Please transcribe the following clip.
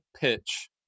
pitch